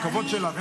הכבוד שלך.